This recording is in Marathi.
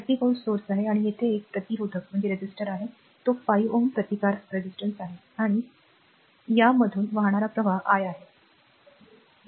हे 30 व्होल्ट स्त्रोत आहे आणि येथे एक प्रतिरोधक आहे आणि तो 5 Ω प्रतिकार आहे आणि या r मधून वाहणारा प्रवाह i आहे बरोबर